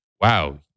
wow